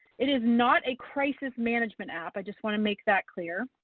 it is not a crisis management app, i just wanna make that clear.